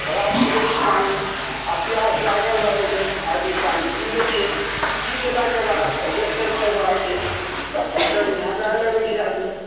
खराप मिलै छै पानि आओर प्यास लागल रहै छै आओर आदमी पी लै छै पी लेलाके बाद तबियत गड़बड़ भऽ जाइ छै तब डॉक्टर इहाँ जाइ लगै छै आदमी